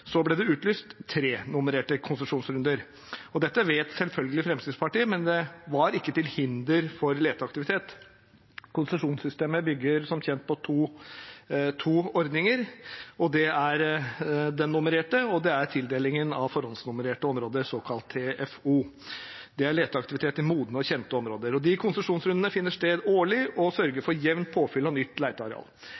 ble det utlyst tre nummererte konsesjonsrunder. Dette vet selvfølgelig Fremskrittspartiet, men det var ikke til hinder for leteaktivitet. Konsesjonssystemet bygger som kjent på to ordninger. Det er den nummererte, og det er tildelingen av forhåndsnummererte områder, såkalt TFO, som er leteaktivitet i modne og kjente områder. De konsesjonsrundene finner sted årlig